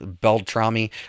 Beltrami